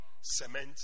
cement